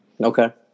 Okay